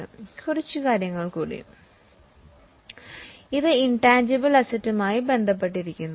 ഇപ്പോൾ കുറച്ച് കാര്യങ്ങൾ കൂടി ഇപ്പോൾ ഇത് ഇൻറ്റാൻജിബിൾ അസ്സറ്റുമായി ബന്ധപ്പെട്ടിരിക്കുന്നു